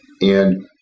And-